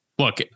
Look